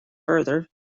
further